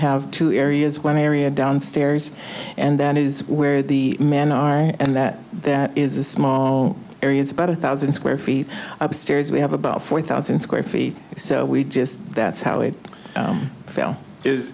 have two areas one area downstairs and that is where the men are and that that is a small area it's about a thousand square feet upstairs we have about four thousand square feet so we just that's how it